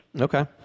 Okay